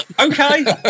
Okay